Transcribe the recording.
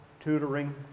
tutoring